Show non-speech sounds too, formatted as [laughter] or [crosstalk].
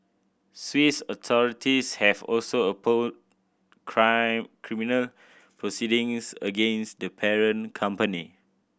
Swiss authorities have also opened [unintelligible] criminal proceedings against the parent company